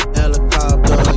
helicopter